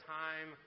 time